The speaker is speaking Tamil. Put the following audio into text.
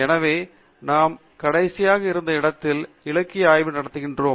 எனவே நாம் கடைசியாக இருந்த இடத்திலிருந்து இலக்கிய ஆய்வு நடத்தினோம்